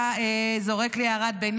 חבר הכנסת קריב כרגע זורק לי הערת ביניים,